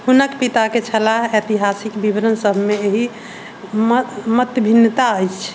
हुनक पिताके छलाह ऐतिहासिक विवरण सभमे एहि मतभिन्नता अछि